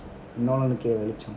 நோலனுக்கேவெளிச்சம்:noolanukke velucham